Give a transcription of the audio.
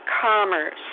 commerce